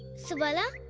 subala!